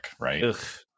right